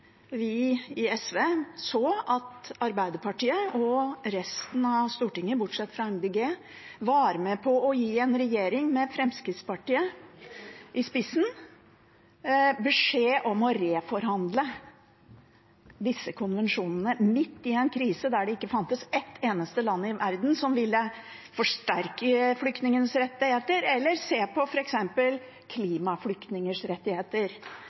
vi i SV så at Arbeiderpartiet og resten av Stortinget, bortsett fra Miljøpartiet De Grønne, var med på å gi en regjering med Fremskrittspartiet i spissen beskjed om å reforhandle disse konvensjonene, midt i en krise der det ikke fantes ett eneste land i verden som ville forsterke flyktningenes rettigheter, eller se på f.eks. klimaflyktningers rettigheter.